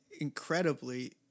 incredibly